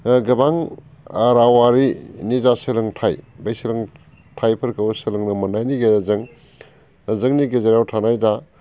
गोबां रावारिनि जा सोलोंथाय बे सोलोंथायफोरखौ सोलोंनो मोननायनि गेजेरजों जोंनि गेजेराव थानाय जा